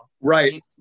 Right